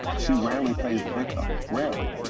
she rarely plays the victim, rarely.